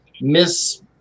miss